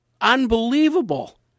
unbelievable